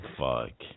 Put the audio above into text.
fuck